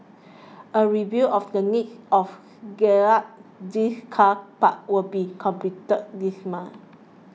a review of the need of gazette these car parks will be completed this month